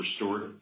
restored